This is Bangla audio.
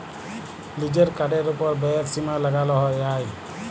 লিজের কার্ডের ওপর ব্যয়ের সীমা লাগাল যায়